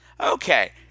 Okay